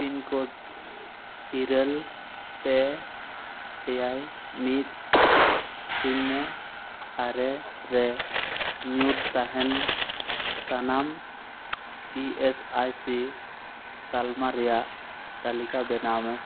pin code ᱤᱨᱟᱹᱞ ᱯᱮ ᱮᱭᱟᱭ ᱢᱤᱫ ᱥᱩᱱᱱᱚ ᱟᱨᱮ ᱨᱮ ᱧᱩᱨ ᱛᱟᱦᱮᱱ ᱥᱟᱱᱟᱢ ᱤ ᱮᱥ ᱟᱭ ᱥᱤ ᱛᱟᱞᱢᱟ ᱨᱮᱭᱟᱜ ᱛᱟᱹᱞᱤᱠᱟ ᱵᱮᱱᱟᱣ ᱢᱮ